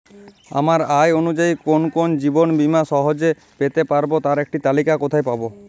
আমার আয় অনুযায়ী কোন কোন জীবন বীমা সহজে পেতে পারব তার একটি তালিকা কোথায় পাবো?